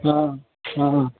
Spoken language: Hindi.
हाँ हाँ